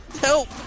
help